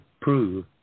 prove